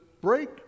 break